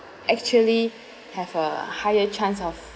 actually have a higher chance of